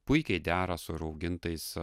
puikiai dera su raugintais